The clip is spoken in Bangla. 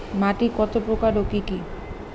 মাটি কত প্রকার ও কি কি?